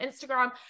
Instagram